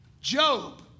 Job